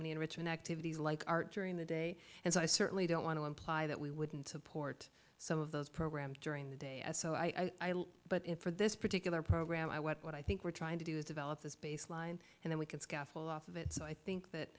many enrichment activities like art during the day and so i certainly don't want to imply that we wouldn't support some of those programs during the day as so i but if for this particular program i what i think we're trying to do is develop this baseline and then we can scaffold off of it so i think that